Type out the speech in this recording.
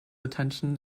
attention